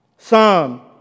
Psalm